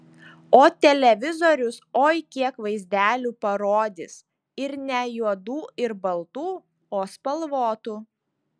o televizorius oi kiek vaizdelių parodys ir ne juodų ir baltų o spalvotų